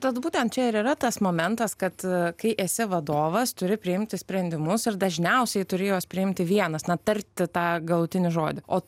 tad būtent čia ir yra tas momentas kad kai esi vadovas turi priimti sprendimus ir dažniausiai turi juos priimti vienas na tarti tą galutinį žodį o